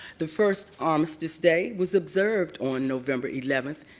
the first armistice day was observed on november eleventh,